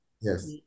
Yes